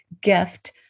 gift